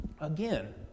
Again